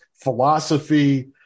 philosophy